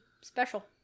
special